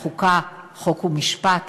ועדת חוקה, חוק ומשפט